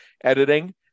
editing